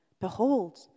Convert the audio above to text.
behold